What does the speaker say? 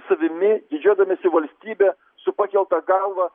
savimi didžiuodamiesi valstybe su pakelta galva